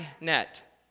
net